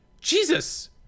jesus